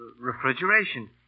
Refrigeration